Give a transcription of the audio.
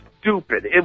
stupid